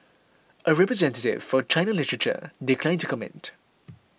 a representative for China Literature declined to comment